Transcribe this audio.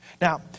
Now